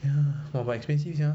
ya but expensive sia